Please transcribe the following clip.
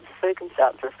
circumstances